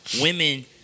women